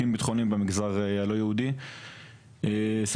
במגזר הלא יהודי המאבטחים הם בודקים ביטחוניים.